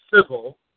civil